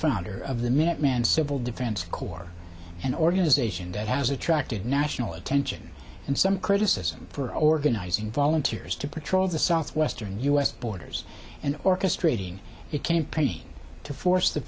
founder of the minuteman civil defense corps an organization that has attracted national attention and some criticism for organizing volunteers to patrol the southwestern u s borders and orchestrating it came praying to force the